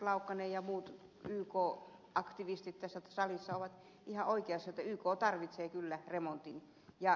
laukkanen ja muut yk aktivistit tässä salissa ovat ihan oikeassa että yk tarvitsee kyllä remontin